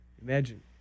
imagine